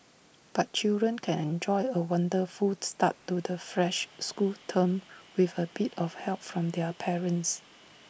but children can enjoy A wonderful start to the fresh school term with A bit of help from their parents